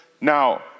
Now